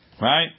Right